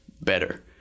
better